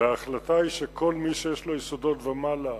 וההחלטה היא שכל מי שיש לו יסודות ומעלה,